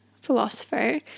philosopher